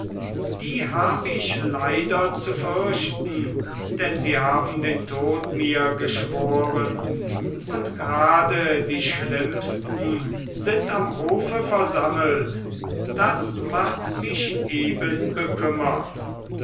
die hab ich leider zu fürchten denn sie haben den tod mir geschworen und grade die schlimmsten sind am hofe versammelt das macht mich eben bekümmert